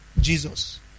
Jesus